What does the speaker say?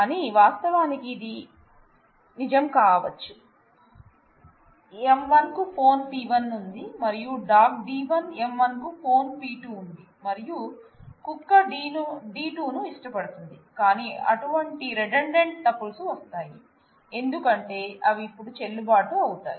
కానీ వాస్తవానికి ఇది వాస్తవానికి ఈ 2 నిజం కావచ్చు M 1 కు ఫోన్ P 1 ఉంది మరియు డాగ్ D 1 M 1 కు ఫోన్ P 2 ఉంది మరియు కుక్క D 2 ను ఇష్టపడుతుంది కానీ అటువంటి రిడండంట్ టుపుల్స్ వస్తాయి ఎందుకంటే అవి ఇప్పుడు చెల్లుబాటు అవుతాయి